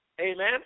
Amen